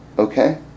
Okay